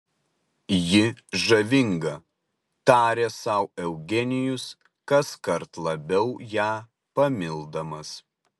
ji žavinga tarė sau eugenijus kaskart labiau ją pamildamas